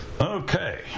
Okay